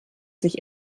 sich